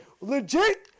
Legit